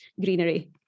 greenery